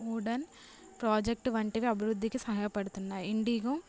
Udaan project వంటివి అభివృద్ధికి సహాయపడుతున్నాయి ఇండిగో